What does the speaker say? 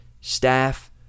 staff